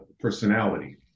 personality